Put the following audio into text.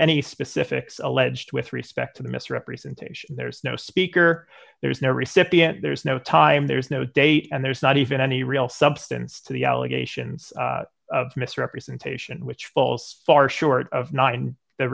any specifics alleged with respect to the misrepresentation there's no speaker there's no recipient there's no time there's no date and there's not even any real substance to the allegations of misrepresentation which falls far short of n